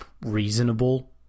reasonable